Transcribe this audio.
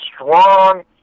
strong